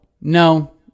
no